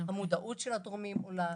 המודעות של התורמים עולה,